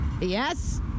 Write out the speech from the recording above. yes